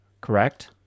correct